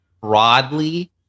broadly